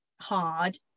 hard